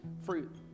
fruit